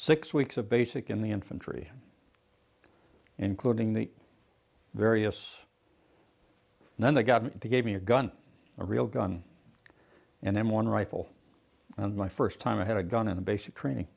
six weeks of basic in the infantry including the various and then they got to gave me a gun a real gun and then one rifle and my first time i had a gun in basic training